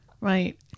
Right